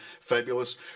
Fabulous